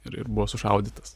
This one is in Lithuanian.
ir ir buvo sušaudytas